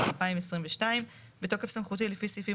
התשפ"ב-2022 בתוקף סמכותי לפי סעיפים